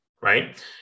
right